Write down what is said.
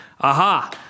aha